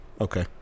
okay